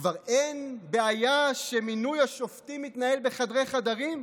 כבר אין בעיה שמינוי השופטים מתנהל בחדרי-חדרים?